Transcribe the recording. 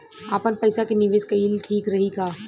आपनपईसा के निवेस कईल ठीक रही का?